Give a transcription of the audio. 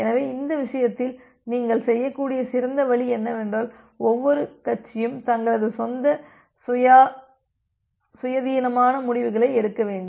எனவே இந்த விஷயத்தில் நீங்கள் செய்யக்கூடிய சிறந்த வழி என்னவென்றால் ஒவ்வொரு கட்சியும் தங்களது சொந்த சுயாதீனமான முடிவுகளை எடுக்க வேண்டும்